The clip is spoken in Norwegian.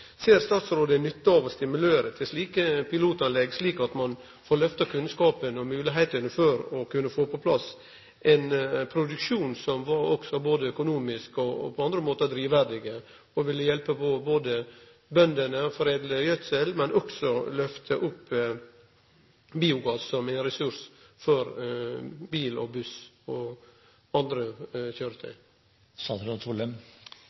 Ser statsråden nytta av å stimulere til slike pilotanlegg, slik at ein får lyfta kunnskapen og moglegheitene for å kunne få på plass ein produksjon som både er økonomisk og på andre måtar drivverdig, og som vil hjelpe bøndene til å foredle gjødsel, og også lyfte opp biogass som ein ressurs for bil og buss og andre